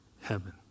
heaven